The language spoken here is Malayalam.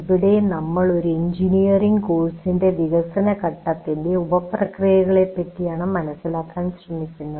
ഇവിടെ നമ്മൾ ഒരു എൻജിനീയറിങ് കോഴ്സിന്റെ വികസനഘട്ടത്തിൻറെ ഉപപ്രക്രിയകളെ പറ്റിയാണ് മനസ്സിലാക്കാൻ ശ്രമിക്കുന്നത്